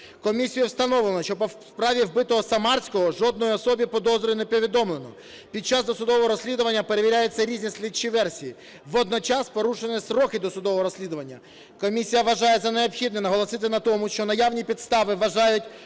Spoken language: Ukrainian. Комісією встановлено, що по справі вбитого Самарського жодній особі підозру не повідомлено. Під час досудового розслідування перевіряються різні слідчі версії. Водночас порушені строки досудового розслідування. Комісія вважає за необхідне наголосити на тому, що наявні підстави вважають